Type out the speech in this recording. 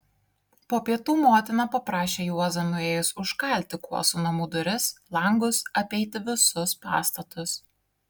po pietų motina paprašė juozą nuėjus užkalti kuosų namų duris langus apeiti visus pastatus